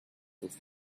since